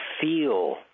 feel